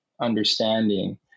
understanding